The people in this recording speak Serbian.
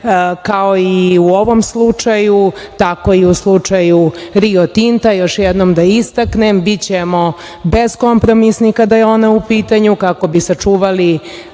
kao i u ovom slučaju, tako i u slučaju „Rio Tinta“, još jednom da istaknem, bićemo beskompromisni kada je ona u pitanju kako bi sačuvali